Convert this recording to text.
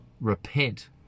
Repent